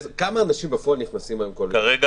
כמה אנשים נכנסים בפועל בכל יום?